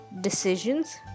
decisions